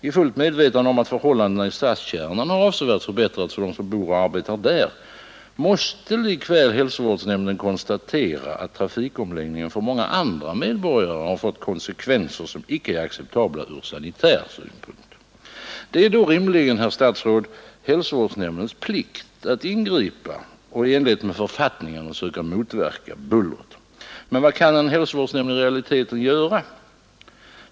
I fullt medvetande om att förhållandena i stadskärnan har avsevärt förbättrats för dem som bor och arbetar där måste likväl hälsovårdsnämnden konstatera att trafikomläggningen för många andra medborgare har fått konsekvenser som icke är acceptabla ur sanitär synpunkt. Det är då rimligen hälsovårdsnämndens plikt att ingripa och i enlighet med författningen söka motverka bullret. Men vad kan en hälsovårdsnämnd i realiteten göra?